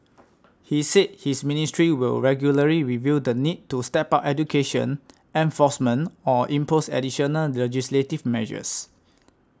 he said his ministry will regularly review the need to step up education enforcement or impose additional legislative measures